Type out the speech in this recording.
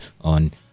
on